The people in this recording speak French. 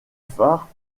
phare